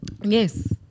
Yes